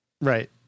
Right